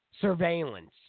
Surveillance